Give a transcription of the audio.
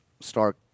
stark